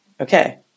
Okay